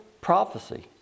prophecy